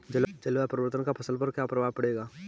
जलवायु परिवर्तन का फसल पर क्या प्रभाव पड़ेगा?